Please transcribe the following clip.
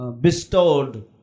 Bestowed